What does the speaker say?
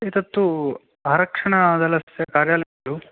एतत्तु आरक्षणदलस्य कार्यालयः खलु